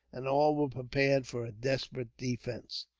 and all was prepared for a desperate defence.